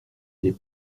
des